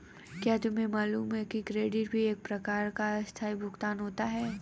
क्या तुम्हें मालूम है कि क्रेडिट भी एक प्रकार का आस्थगित भुगतान होता है?